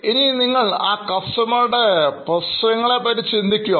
ഇനി ആ കസ്റ്റമറുടെപ്രശ്നങ്ങളെപ്പറ്റി ചിന്തിക്കുക